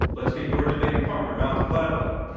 let's meet your debating partner, malcolm gladwell.